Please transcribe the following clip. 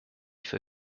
for